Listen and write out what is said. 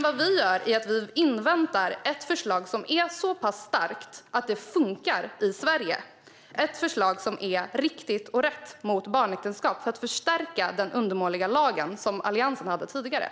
Vad vi gör är att vi inväntar ett förslag som är så pass starkt att det funkar i Sverige, ett förslag som är riktigt och rätt enligt barnvetenskap, för att förstärka Alliansens tidigare undermåliga lag.